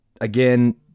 again